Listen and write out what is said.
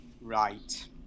Right